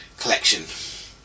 collection